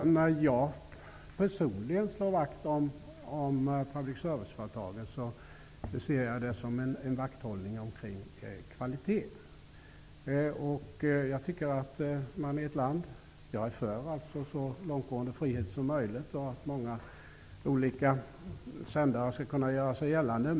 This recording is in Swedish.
När jag personligen slår vakt om public serviceföretagen ser jag det som en vakthållning kring kvaliteten. Jag är alltså för en så långtgående frihet som möjligt och för att många olika sändare skall kunna göra sig gällande.